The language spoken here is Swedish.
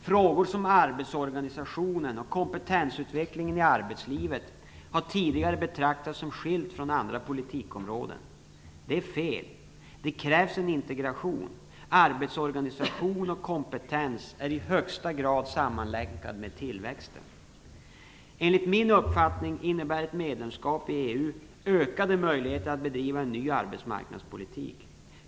Frågor som arbetsorganisation och kompetensutveckling i arbetslivet har tidigare betraktats som skilda från andra politikområden - det är fel. Det krävs en integration. Arbetsorganisation och kompetens är i högsta grad sammanlänkade med tillväxten. Enligt min uppfattning innebär ett medlemskap i EU ökade möjligheter att bedriva en ny arbetsmarknadspolitik.